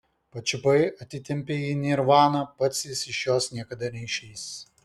pačiupai atitempei į nirvaną pats jis iš jos niekada neišeis